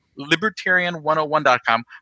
libertarian101.com